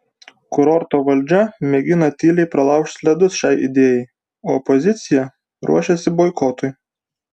kurorto valdžia mėgina tyliai pralaužti ledus šiai idėjai o opozicija ruošiasi boikotui